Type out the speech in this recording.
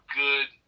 good